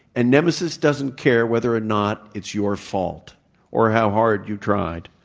and nemesis doesn't care whether or not it's your fault or how hard you tried.